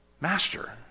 Master